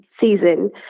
season